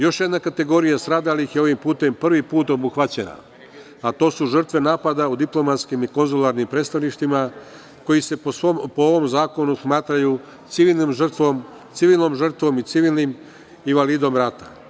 Još jedna kategorija stradalih je ovim putem prvi put obuhvaćena, a to su žrtve napada u diplomatskim i konzularnim predstavništvima koji se po ovom zakonu smatraju civilnom žrtvom i civilnim invalidom rata.